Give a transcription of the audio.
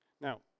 Now